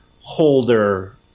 holder